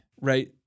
Right